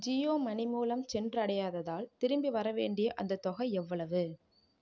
Jio money மூலம் சென்றடையாததால் திரும்பி வரவேண்டிய அந்த தொகை எவ்வளவு